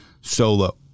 solo